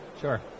Sure